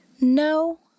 No